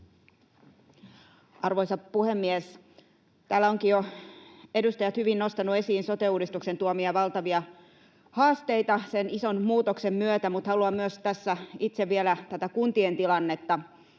Arvoisa puhemies! Täällä ovatkin jo edustajat nostaneet hyvin esiin sote-uudistuksen tuomia valtavia haasteita sen ison muutoksen myötä, mutta haluan tässä itse vielä tätä kuntien tilannetta